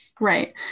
Right